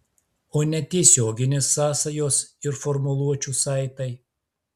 o netiesioginės sąsajos ir formuluočių saitai